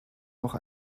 auch